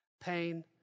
pain